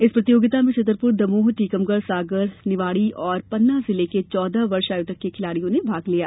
इस प्रतियोगिता में छतरपुर दमोह टीकमगढ़ सागर निवाड़ी और पन्ना जिले के चौदह वर्ष आयु तक के खिलाडियो ने भाग लिया